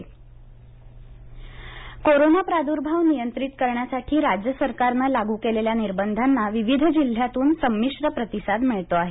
संचारबंदी कारवाई कोरोना प्रादृभाव नियंत्रित करण्यासाठी राज्य सरकारनं लागू केलेल्या निर्बंधांना विविध जिल्ह्यातून संमिश्र प्रतिसाद मिळतो आहे